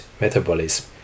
metabolism